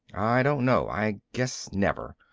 i don't know, i guess never,